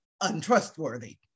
untrustworthy